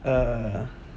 uh